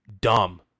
dumb